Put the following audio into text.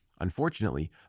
Unfortunately